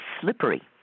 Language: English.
slippery